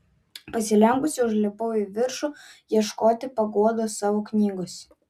pasilenkusi užlipau į viršų ieškoti paguodos savo knygose